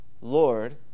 Lord